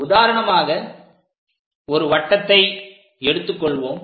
உதாரணமாக ஒரு வட்டத்தை எடுத்துக் கொள்வோம்